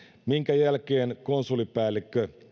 minkä jälkeen konsulipäällikkö